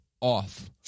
off